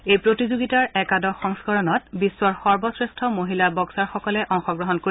এই প্ৰতিযোগিতাৰ একাদশ সংস্কৰণত বিশ্বৰ সৰ্বশ্ৰেষ্ঠ মহিলা বক্সাৰসকলে অংশগ্ৰহণ কৰিব